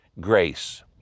grace